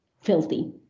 filthy